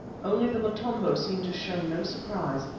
only the motombo seemed to show no surprise,